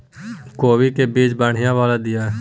कोबी के बीज बढ़ीया वाला दिय?